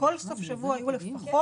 בכל סוף שבוע היו לפחות